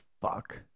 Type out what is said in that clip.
fuck